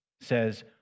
says